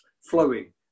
flowing